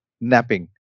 napping